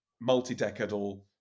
multi-decadal